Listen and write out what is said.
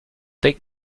take